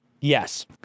yes